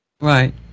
right